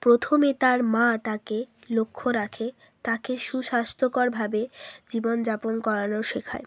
প্রথমে তার মা তাকে লক্ষ্য রাখে তাকে সুস্বাস্থ্যকরভাবে জীবন যাপন করানো শেখায়